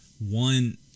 one